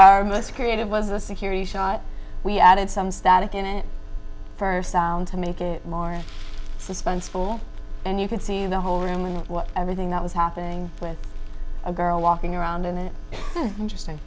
our most creative was a security shot we added some static in it first sound to make it more suspenseful and you can see the whole room and what everything that was happening with a girl walking around in an interesting